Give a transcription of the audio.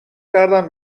کردم